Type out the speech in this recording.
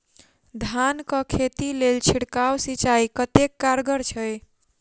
धान कऽ खेती लेल छिड़काव सिंचाई कतेक कारगर छै?